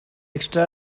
extra